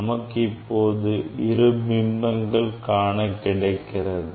நமக்கு இப்போது இரு பிம்பங்கள் காணக்கிடைக்கிறது